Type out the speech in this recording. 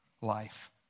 life